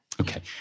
okay